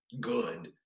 good